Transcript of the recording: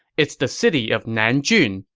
it's the city of nanjun,